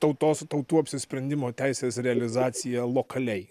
tautos tautų apsisprendimo teisės realizacija lokaliai